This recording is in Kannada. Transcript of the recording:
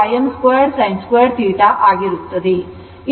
ಆದ್ದರಿಂದ i2 Im2sin2θ ಆಗಿರುತ್ತದೆ